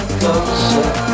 Closer